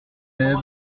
lève